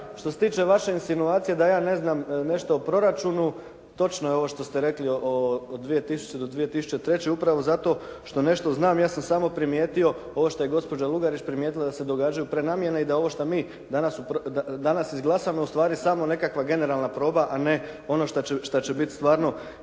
što se tiče vaše insinuacije da ja ne znam nešto o proračunu točno je ovo što ste rekli od 2000. do 2003. upravo zato što nešto znam ja sam samo primijetio ovo što je gospođa Lugarić primijetila da se događaju prenamjene i da ovo šta mi danas izglasamo je ustvari samo nekakva generalna proba a ne ono šta će biti stvarno